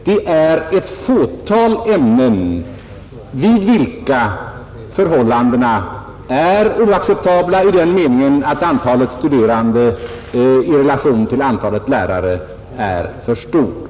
Det är ett fåtal ämnen inom vilka förhållandena är oacceptabla i den meningen, att antalet studerande i relation till antalet lärare är för stort.